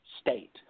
state